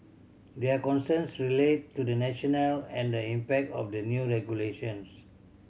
their concerns relate to the national and the impact of the new regulations